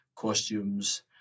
costumes